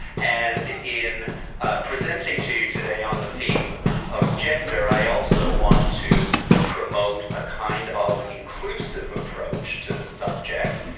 and in presenting to you today on the theme of gender, i also want to promote a kind of inclusive approach to the subject.